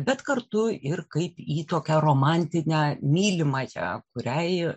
bet kartu ir kaip į tokią romantinę mylimąją kuriai